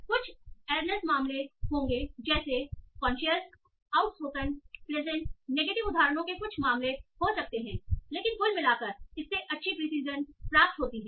और कुछ एरनेस् मामले होंगे जैसे कौशनस आउटस्पोकन प्लेसेंट नेगेटिव उदाहरणों के कुछ मामले हो सकते हैं लेकिन कुल मिलाकर इससे अच्छी प्रीसीजन प्राप्त होती है